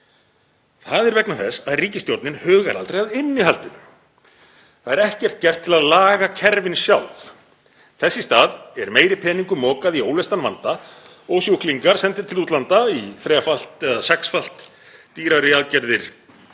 Það er vegna þess að ríkisstjórnin hugar aldrei að innihaldinu. Það er ekkert gert til að laga kerfin sjálf. Þess í stað er meiri peningum mokað í óleystan vanda og sjúklingar sendir til útlanda í þrefalt eða sexfalt dýrari aðgerðir